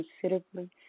considerably